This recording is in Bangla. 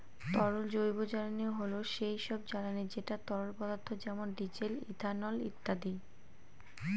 তরল জৈবজ্বালানী হল সেই সব জ্বালানি যেটা তরল পদার্থ যেমন ডিজেল, ইথানল ইত্যাদি